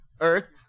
earth